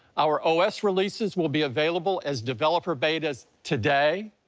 our our os releases will be available as developer betas today.